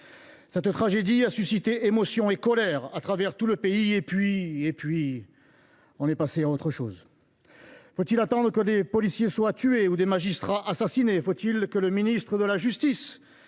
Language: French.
Cette tragédie a suscité émotion et colère à travers tout le pays, et puis… on est passé à autre chose ! Faut il attendre que des policiers ou des magistrats soient tués ? Faudra t il que le ministre de la justice